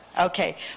okay